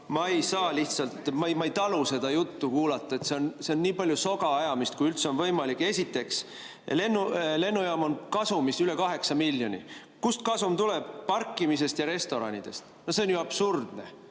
ma ei saa lihtsalt. Ma ei talu seda juttu. Selles on nii palju sogaajamist, kui üldse on võimalik. Esiteks, lennujaam on kasumis üle 8 miljoniga. Kust kasum tuleb? Parkimisest ja restoranidest. No see on ju absurdne!